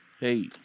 Hey